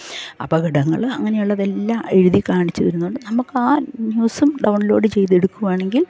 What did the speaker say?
അപകടങ്ങൾ അങ്ങനെയുള്ളതെല്ലാം എഴുതികാണിച്ചു വരുന്നുണ്ട് നമുക്ക് ആ ന്യൂസും ഡൗൺലോഡ് ചെയ്തു എടുക്കുവാണെങ്കിൽ